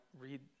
read